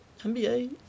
NBA